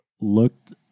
looked